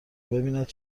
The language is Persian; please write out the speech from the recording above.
ببیند